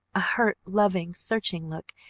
a hurt, loving, searching look,